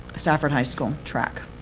stafford high school track.